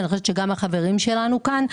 ואני חושבת שגם מבחינת החברים שלנו כאן,